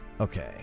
Okay